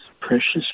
precious